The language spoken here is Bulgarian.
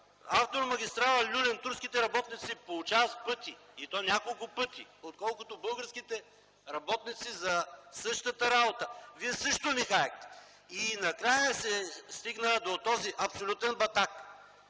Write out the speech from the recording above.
автомагистрала „Люлин” турските работници получават в пъти, и то няколко пъти повече, отколкото българските работници за същата работа, вие също нехаехте. Накрая се стигна до този абсолютен батак.